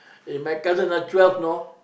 eh my cousin ah twelve know